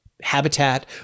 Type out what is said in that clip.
habitat